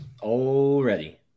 Already